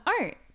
art